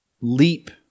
leap